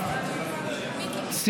יש